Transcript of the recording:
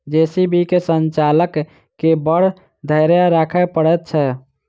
JCB के संचालक के बड़ धैर्य राखय पड़ैत छै